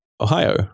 Ohio